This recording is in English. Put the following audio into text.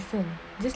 just listen